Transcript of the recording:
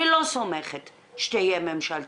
אני לא סומכת שתהיה ממשלתית,